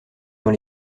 dans